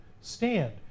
stand